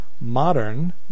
modern